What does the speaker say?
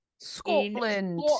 Scotland